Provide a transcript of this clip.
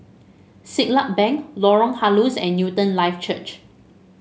Siglap Bank Lorong Halus and Newton Life Church